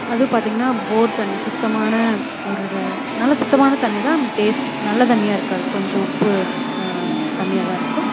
அதுவும் பார்த்தீங்கன்னா போர் தண்ணி சுத்தமான ஒரு ரு நல்ல சுத்தமான தண்ணி தான் ஆனால் டேஸ்ட் நல்ல தண்ணியாக இருக்காது கொஞ்சம் உப்பு தண்ணியாக தான் இருக்கும்